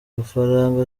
gafaranga